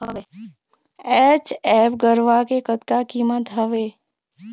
HF गरवा के कतका कीमत हवए?